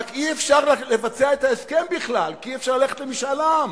רק אי-אפשר לבצע את ההסכם בכלל כי אי-אפשר ללכת למשאל עם.